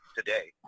today